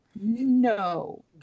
No